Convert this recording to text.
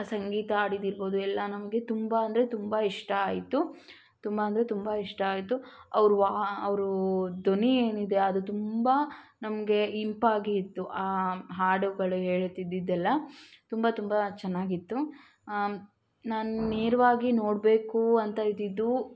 ಸಂಗೀತ ಹಾಡಿದ್ ಇರ್ಬೋದು ಎಲ್ಲ ನಮಗೆ ತುಂಬ ಅಂದರೆ ತುಂಬ ಇಷ್ಟ ಆಯಿತು ತುಂಬ ಅಂದರೆ ತುಂಬ ಇಷ್ಟ ಆಯಿತು ಅವ್ರ ವಾ ಅವ್ರ ಧ್ವನಿ ಏನಿದೆ ಅದು ತುಂಬ ನಮಗೆ ಇಂಪಾಗಿ ಇತ್ತು ಆ ಹಾಡುಗಳು ಹೇಳುತ್ತಿದ್ದಿದ್ದು ಎಲ್ಲ ತುಂಬ ತುಂಬ ಚೆನ್ನಾಗಿತ್ತು ನಾನು ನೇರವಾಗಿ ನೋಡಬೇಕು ಅಂತ ಇದ್ದಿದ್ದು